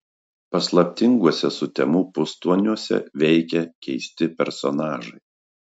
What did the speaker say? paslaptinguose sutemų pustoniuose veikia keisti personažai